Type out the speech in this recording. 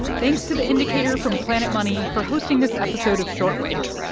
thanks to the indicator from planet money for hosting this episode of short wave.